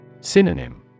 Synonym